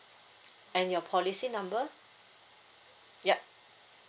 and your policy number yup